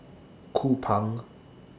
Kupang